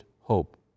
hope